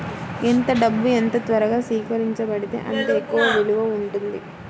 ఎంత డబ్బు ఎంత త్వరగా స్వీకరించబడితే అంత ఎక్కువ విలువ ఉంటుంది